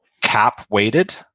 cap-weighted